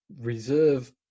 reserve